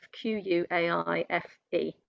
Q-U-A-I-F-E